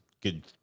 good